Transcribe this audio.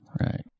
Right